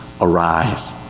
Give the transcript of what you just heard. Arise